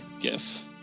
GIF